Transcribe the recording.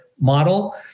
model